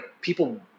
people